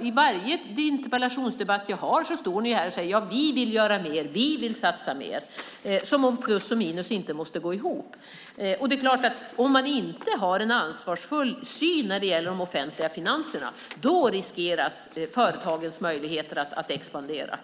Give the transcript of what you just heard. I varje interpellationsdebatt som vi har står ni här och säger: Vi vill göra mer. Vi vill satsa mer. Det är som om plus och minus inte måste gå ihop. Om man inte har en ansvarsfull syn när det gäller de offentliga finanserna riskeras företagens möjligheter att expandera.